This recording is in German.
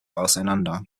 auseinander